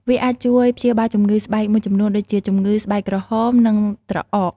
វាអាចជួយព្យាបាលជំងឺស្បែកមួយចំនួនដូចជា ជំងឺស្បែកក្រហម និងត្រអក។